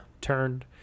turned